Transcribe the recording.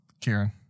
Kieran